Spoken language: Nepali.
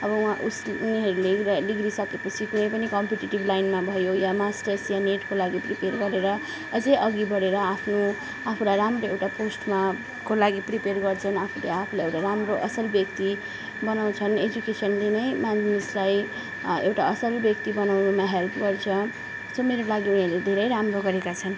अब वहाँ उस उनीहरूले डिग्री सकेपछि कुनै पनि कम्पिटिटिभ लाइनमा भयो यो मास्टर्स या नेटको लागि प्रिपेर गरेर अझै अघि बढेर आफ्नो आफूलाई राम्रो एउटा पोस्टमा को लागि प्रिपेयर गर्छन् आफूले आफूलाई एउटा राम्रो असल व्यक्ति बनाउँछन् एजुकेसनले नै मानिसलाई एउटा असल व्यक्ति बनाउनुमा हेल्प गर्छ अझ मेरो लागि उनीहरूले धेरै राम्रो गरेका छन्